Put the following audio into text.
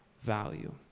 value